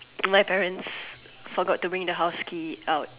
my parents forgot to bring the house key out